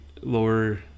Lower